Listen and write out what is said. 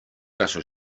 caso